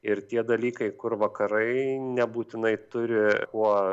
ir tie dalykai kur vakarai nebūtinai turi kuo